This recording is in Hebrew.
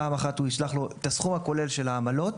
פעם אחת הוא ישלח לו את הסכום הכולל של העמלות.